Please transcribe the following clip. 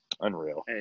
Unreal